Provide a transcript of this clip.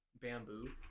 bamboo